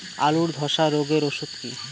আলুর ধসা রোগের ওষুধ কি?